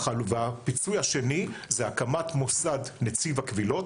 והפיצוי השני זה הקמת מוסד נציב הקבילות.